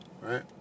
Right